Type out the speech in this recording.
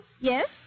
Yes